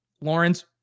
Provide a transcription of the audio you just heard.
Lawrence